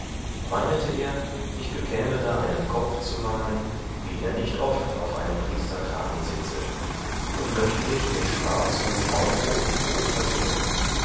meinete er ich bekäme da einen kopf zu malen wie er nicht oft auf einem priesterkragen sitze und möchte mich mit schwarz und braunroth wohl versehen